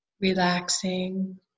relaxing